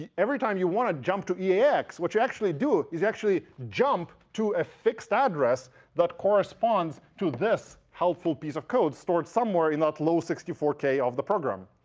every time you want to jump to eax, what you actually do, is actually jump to a fixed address that corresponds to this helpful piece of code stored somewhere in that low sixty four k of the program.